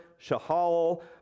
Shahal